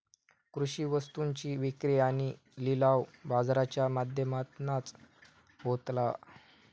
कृषि वस्तुंची विक्री आणि लिलाव बाजाराच्या माध्यमातनाच होतलो